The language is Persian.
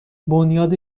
بنیاد